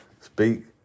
Speak